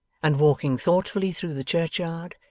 and walking thoughtfully through the churchyard,